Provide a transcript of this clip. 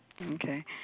Okay